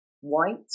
white